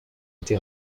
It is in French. été